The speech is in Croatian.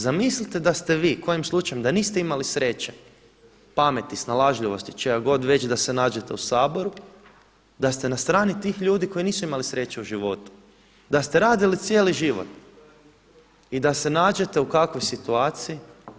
Zamislite da ste vi kojim slučajem da niste imali sreće, pameti, snalažljivosti, čega god, već da se nađete u Saboru, da ste na strani tih ljudi koji nisu imali sreće u životu, da ste radili cijeli život i da se nađete u kakvoj situaciji.